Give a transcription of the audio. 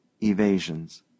evasions